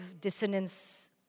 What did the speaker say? dissonance